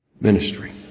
ministry